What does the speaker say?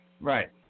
Right